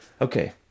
Okay